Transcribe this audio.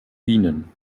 bienen